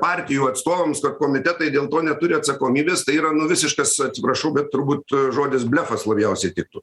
partijų atstovams kad komitetai dėl to neturi atsakomybės tai yra nu visiškas atsiprašau bet turbūt žodis blefas labiausiai tiktų